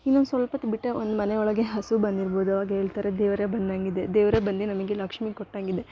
ಇನ್ನೊಂದು ಸ್ವಲ್ಪೊತ್ತು ಬಿಟ್ಟೆ ಒಂದು ಮನೆ ಒಳಗೆ ಹಸು ಬಂದಿರ್ಬೋದು ಆಗ ಹೇಳ್ತಾರೆ ದೇವರೇ ಬಂದಂಗೆ ಇದೆ ದೇವರೇ ಬಂದು ನಮಗೆ ಲಕ್ಷ್ಮೀ ಕೊಟ್ಟಂಗಿದೆ